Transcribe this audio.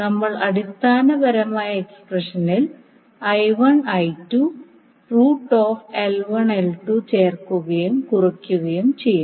നമ്മൾ അടിസ്ഥാനപരമായി എക്സ്പ്രഷനിൽ ചേർക്കുകയും കുറയ്ക്കുകയും ചെയ്യും